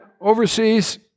overseas